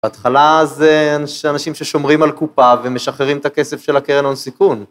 בהתחלה זה אנשים ששומרים על קופה ומשחררים את הכסף של הקרן הון סיכון.